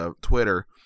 Twitter